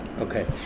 Okay